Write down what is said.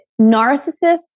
narcissists